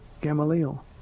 Gamaliel